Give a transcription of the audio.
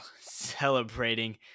celebrating